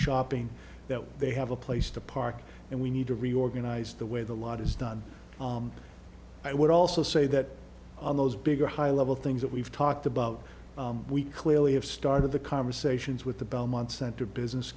shopping that they have a place to park and we need to reorganize the way the lot is done i would also say that on those big or high level things that we've talked about we clearly have started the conversations with the belmont center business